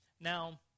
Now